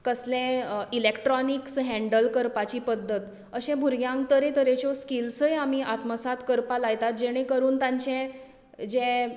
कसलेंय electronics handle करपाची पद्दत अशें भुरग्यांक तरेतरेच्यो स्किलसय आमी आत्मसाद करपा लायतात जेणें करून तांचें जें